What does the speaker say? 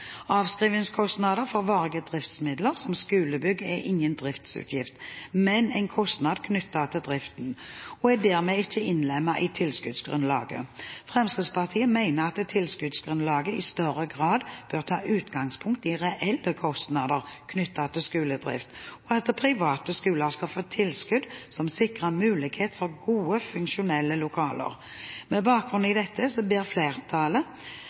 Avskrivingskostnader for varige driftsmidler som skolebygg er ingen driftsutgift, men en kostnad knyttet til driften, og den er dermed ikke innlemmet i tilskuddsgrunnlaget. Fremskrittspartiet mener at tilskuddsgrunnlaget i større grad bør ta utgangspunkt i reelle kostnader knyttet til skoledrift, og at private skoler skal få tilskudd som sikrer mulighet for gode, funksjonelle lokaler. Med bakgrunn i dette ber flertallet